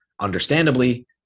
understandably